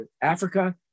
Africa